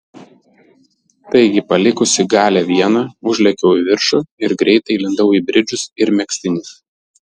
taigi palikusi galią vieną užlėkiau į viršų ir greitai įlindau į bridžus ir megztinį